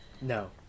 no